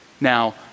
Now